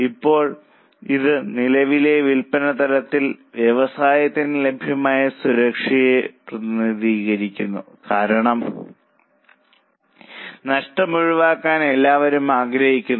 ഇപ്പോൾ ഇത് നിലവിലെ വിൽപ്പന തലത്തിൽ വ്യവസായത്തിന് ലഭ്യമായ സുരക്ഷയെ പ്രതിനിധീകരിക്കുന്നു കാരണം നഷ്ടം ഒഴിവാക്കാൻ എല്ലാവരും ആഗ്രഹിക്കുന്നു